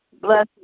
bless